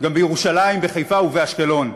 גם בירושלים, בחיפה ובאשקלון.